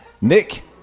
Nick